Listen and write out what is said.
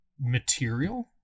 material